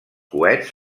coets